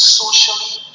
socially